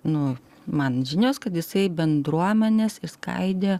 nu man žinios kad jisai bendruomenes išskaidė